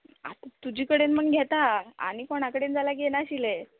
आत तुजे कडेन म्हण घेता आनी कोणा कडेन जाल्यार घेनाशिल्लें